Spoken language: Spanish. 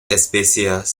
especies